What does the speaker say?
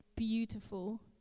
Beautiful